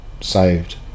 saved